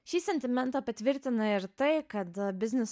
šį sentimentą patvirtina ir tai kad biznis